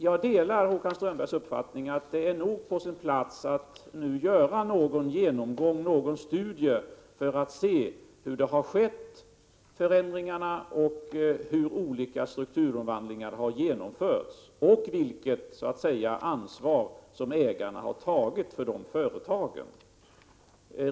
Jag delar Håkan Strömbergs uppfattning att det nog är på sin plats att nu göra någon genomgång, någon studie, för att se hur förändringarna har skett och hur olika strukturomvandlingar har genomförts, och vilket ansvar ägarna har tagit för företagen.